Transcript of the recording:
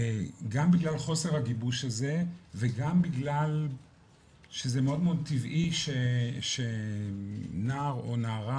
גם בגלל חוסר הגיבוש הזה וגם בגלל שזה מאוד טבעי שנער או נערה